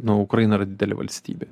nu ukraina yra didelė valstybė